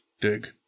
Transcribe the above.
Dig